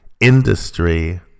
industry